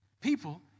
People